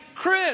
Chris